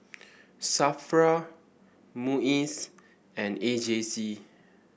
Safra MUIS and A J C